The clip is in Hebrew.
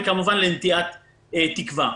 וכמובן לנטיעת תקווה.